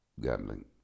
gambling